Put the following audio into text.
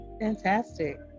fantastic